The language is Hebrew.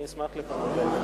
אני אשמח לפנות,